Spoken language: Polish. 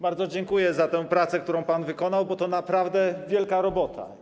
Bardzo dziękuję za tę pracę, którą pan wykonał, bo to naprawdę wielka robota.